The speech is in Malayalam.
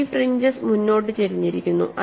ഈ ഫ്രിഞ്ചെസ് മുന്നോട്ട് ചരിഞ്ഞിരിക്കുന്നു